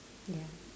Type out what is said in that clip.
ya